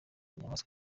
nyamaswa